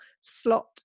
slot